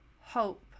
hope